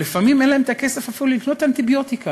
אבל לפעמים אין להם כסף אפילו לקנות אנטיביוטיקה,